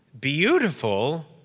beautiful